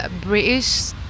British